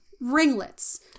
ringlets